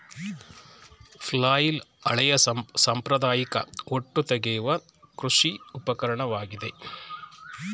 flail ಹಳೆಯ ಸಾಂಪ್ರದಾಯಿಕ ಹೊಟ್ಟು ತೆಗೆಯುವ ಕೃಷಿ ಉಪಕರಣವಾಗಿದೆ